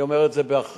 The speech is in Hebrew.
אני אומר את זה באחריות: